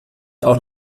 auch